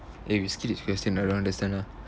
eh we skip this question I don't understand ah